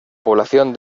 población